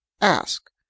Ask